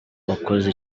wakoze